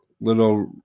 little